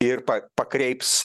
ir pakreips